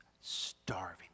starving